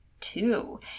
Two